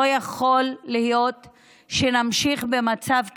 לא יכול להיות שנמשיך במצב כזה,